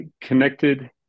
connected